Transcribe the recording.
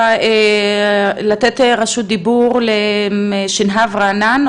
אני רוצה לתת רשות דיבור לשנהב רענן,